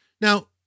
Now